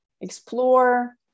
explore